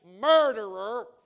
murderer